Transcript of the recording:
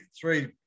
three